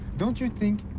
don't you think,